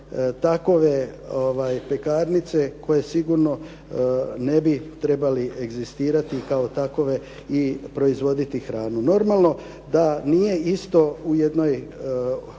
takve pekarnice koje sigurno ne bi trebali egzistirati kao takve i proizvoditi hranu. Normalno da nije isto u jednoj